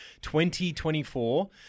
2024